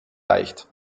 leicht